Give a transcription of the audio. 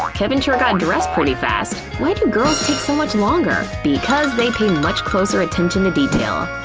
kevin sure got dressed pretty fast! why do girls take so much longer? because they pay much closer attention to detail.